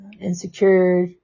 insecure